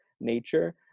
nature